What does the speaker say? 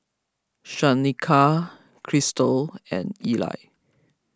Shanika Christal and Eli